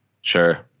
Sure